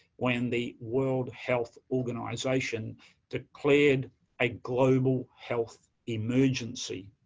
when the world health organization declared a global health emergency.